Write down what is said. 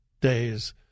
days